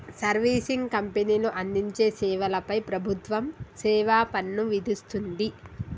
servicing కంపెనీలు అందించే సేవల పై ప్రభుత్వం సేవాపన్ను విధిస్తుంది